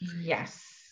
Yes